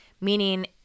meaning